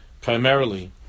primarily